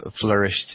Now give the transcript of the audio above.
flourished